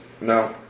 No